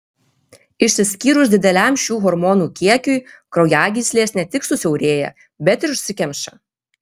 išsiskyrus dideliam šių hormonų kiekiui kraujagyslės ne tik susiaurėja bet ir užsikemša